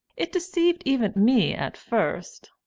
it deceived even me at first.